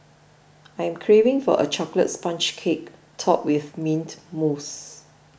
I am craving for a Chocolate Sponge Cake Topped with Mint Mousse